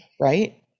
right